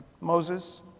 Moses